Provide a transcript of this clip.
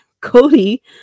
Cody